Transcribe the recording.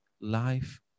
life